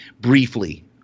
briefly